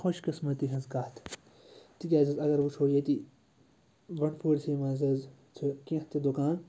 خۄش قٕسمتی ہِنٛز کَتھ تِکیٛازِ حظ اَگر وٕچھو ییٚتی بَنڈپوٗرۍسٕے منٛز حظ چھِ کیٚنٛہہ تہِ دُکان